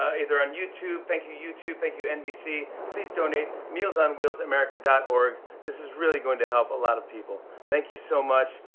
ah either on youtube thank you, youtube. thank you, nbc. please donate, mealsonwheelsamerica org. this is really going to help a lot of people. thank you so much.